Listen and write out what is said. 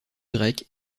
grec